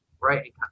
right